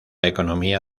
economía